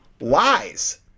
lies